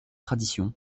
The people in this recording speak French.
traditions